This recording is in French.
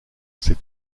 c’est